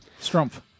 Strumpf